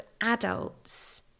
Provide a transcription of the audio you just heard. adults